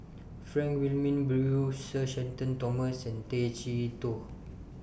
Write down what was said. Frank Wilmin Brewer Sir Shenton Thomas and Tay Chee Toh